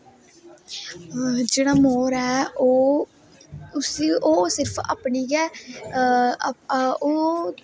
जेहड़ा मोर ऐ ओह् उसी ओह सिर्फ अपनी गै ओह्